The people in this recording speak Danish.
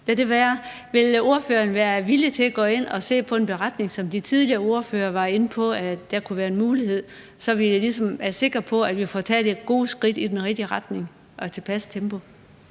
Lad det være. Vil ordføreren være villig til at gå ind og se på en beretning, som de tidligere ordførere var inde på kunne være en mulighed? Så kunne vi ligesom være sikre på, at vi fik taget de gode skridt i den rigtige retning og i et tilpas tempo.